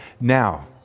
Now